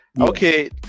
Okay